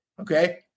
Okay